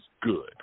good